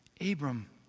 Abram